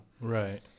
Right